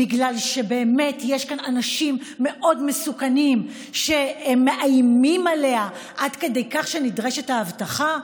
בגלל שיש אנשים מסוכנים מאוד שמאיימים עליה עד כדי כך שנדרשת האבטחה?